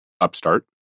Upstart